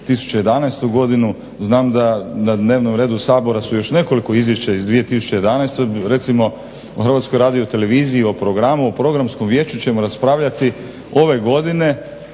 2011. godinu, znam da na dnevnom redu Sabora su još nekoliko izvješća iz 2011., recimo o HRT-u, o programu, o Programskom vijeću ćemo raspravljati ove godine